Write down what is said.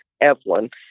Evelyn